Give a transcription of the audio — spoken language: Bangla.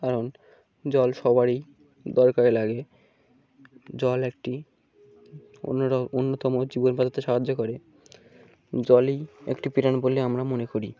কারণ জল সবারই দরকারে লাগে জল একটি অন্য অন্যতম জীবন বাচাতে সাহায্য করে জলই একটি প্রাণ বলে আমরা মনে করি